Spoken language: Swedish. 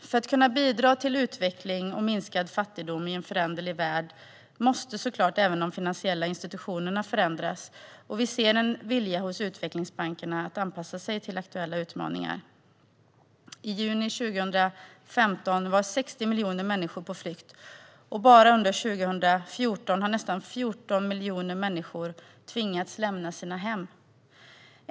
För att kunna bidra till utveckling och minskad fattigdom i en föränderlig värld måste såklart även de finansiella institutionerna förändras, och vi ser en vilja hos utvecklingsbankerna att anpassa sig till aktuella utmaningar. I juni 2015 var 60 miljoner människor på flykt, och bara under 2014 tvingades nästan 14 miljoner människor att lämna sina hem.